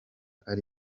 ari